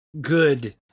good